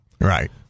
Right